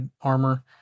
armor